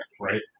right